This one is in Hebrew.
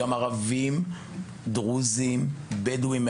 דרוזים ובדואים,